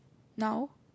now